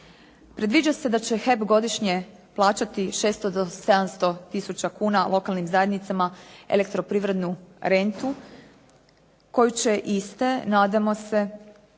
Predviđa se da će HEP godišnje plaćati 600 do 700 tisuća kuna lokalnim zajednicama elektroprivrednu rentu koju ć iste, nadamo se,